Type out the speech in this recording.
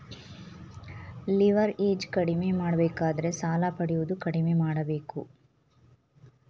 leverage ಕಡಿಮೆ ಮಾಡಬೇಕಾದರೆ ಸಾಲ ಪಡೆಯುವುದು ಕಡಿಮೆ ಮಾಡಬೇಕು